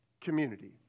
community